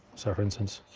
so for instance.